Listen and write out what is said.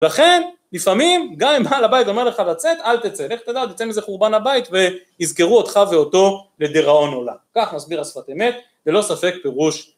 וכן לפעמים גם אם הבא לבית אומר לך לצאת אל תצא, איך אתה יודע, תצא מזה חורבן הבית והזכרו אותך ואותו לדיראון עולם, כך מסביר השפת אמת ולא ספק פירוש